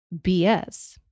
BS